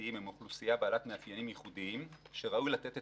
החוץ-ביתיים הם אוכלוסייה בעלת מאפיינים ייחודיים שראוי לתת את